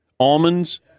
Almonds